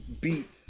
beat